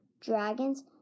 dragons